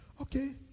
Okay